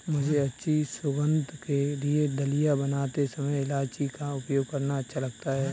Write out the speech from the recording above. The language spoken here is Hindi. मुझे अच्छी सुगंध के लिए दलिया बनाते समय इलायची का उपयोग करना अच्छा लगता है